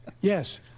Yes